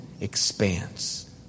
expanse